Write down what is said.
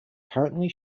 currently